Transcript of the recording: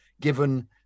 given